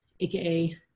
AKA